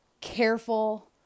careful